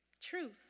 Truth